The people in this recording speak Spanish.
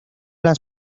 las